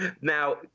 Now